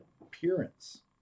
appearance